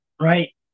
right